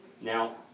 Now